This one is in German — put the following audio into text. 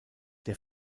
der